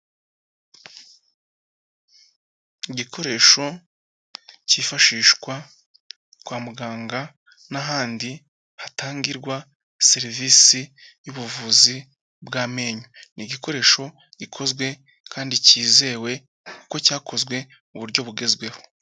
Igikoresho cyifashishwa kwa muganga n'ahandi hatangirwa serivisi yubuvuzi bw'amenyo, Ni igikoresho gikozwe kandi cyizewe kuko cyakozwe mu buryo bugezweho.